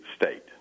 state